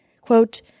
Quote